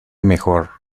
mejor